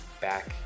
back